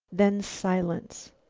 then silence.